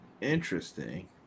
Interesting